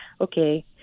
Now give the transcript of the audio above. okay